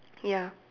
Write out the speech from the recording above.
ya